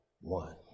One